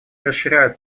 расширяют